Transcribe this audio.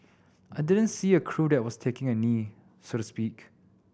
I didn't see a crew that was taking a knee so to speak